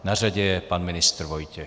Na řadě je pan ministr Vojtěch.